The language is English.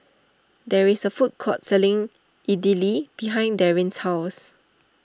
there is a food court selling Idili behind Darrin's house